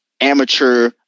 amateur